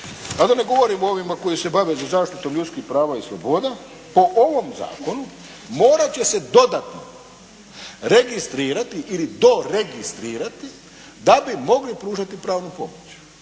a da ne govorimo o ovima koji se bave zaštitom ljudskim prava i sloboda, po ovom zakonu morat će se dodatno registrirati ili doregistrirati da bi mogli pružati pravnu pomoć.